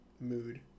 mood